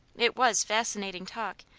it was fascinating talk,